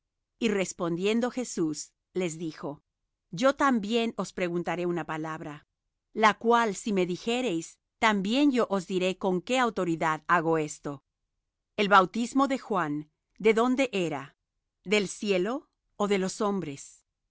y respondiendo jesús les dijo yo también os preguntaré una palabra la cual si me dijereis también yo os diré con qué autoridad hago esto el bautismo de juan de dónde era del cielo ó de los hombres